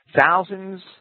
thousands